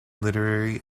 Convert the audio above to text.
literary